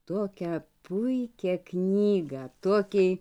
tokią puikią knygą tokiai